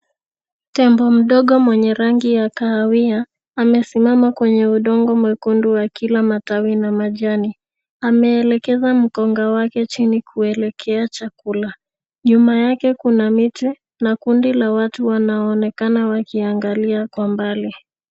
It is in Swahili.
Tembo mdogo mwenye rangi ya kahawia amesimama kwenye udongo mwekundu wa kila matawi na majani. Ameelekeza mkonga wake chini kuelekea chakula. Nyuma yake kuna miti na kundi la watu wanaoonekana wakiangalia kwa mbali.